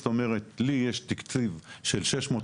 זאת אומרת לי יש תקציב של שש מאות